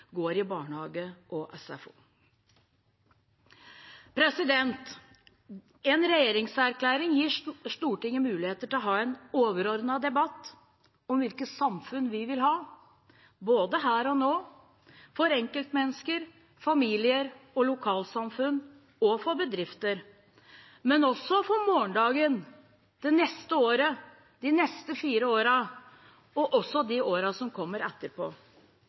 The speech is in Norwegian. går i barnehage og SFO. En regjeringserklæring gir Stortinget mulighet til å ha en overordnet debatt om hvilket samfunn vi vil ha, både her og nå, for enkeltmennesker, familier, lokalsamfunn og bedrifter, og også for morgendagen, det neste året, de neste fire årene, og også de årene som kommer etterpå.